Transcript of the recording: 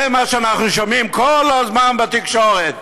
זה מה שאנחנו שומעים כל הזמן בתקשורת.